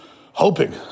hoping